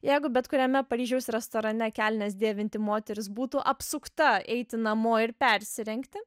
jeigu bet kuriame paryžiaus restorane kelnes dėvinti moteris būtų apsukta eiti namo ir persirengti